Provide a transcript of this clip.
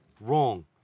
Wrong